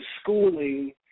schooling